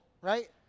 right